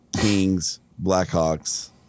Kings-Blackhawks